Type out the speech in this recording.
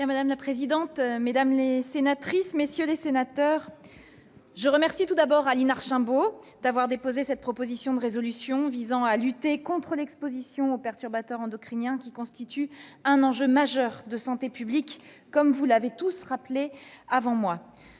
Madame la présidente, mesdames, messieurs les sénateurs, je remercie Aline Archimbaud d'avoir déposé cette proposition de résolution visant à lutter contre l'exposition aux perturbateurs endocriniens, qui constituent un enjeu majeur de santé publique, comme vous l'avez tous rappelé avant moi.